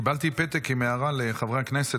קיבלתי פתק עם הערה לחברי הכנסת,